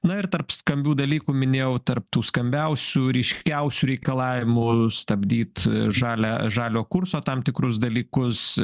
na ir tarp skambių dalykų minėjau tarp tų skambiausių ryškiausių reikalavimų stabdyt žalią žalio kurso tam tikrus dalykus